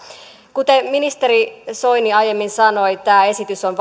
kuten ministeri soini aiemmin sanoi tämä esitys on